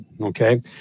okay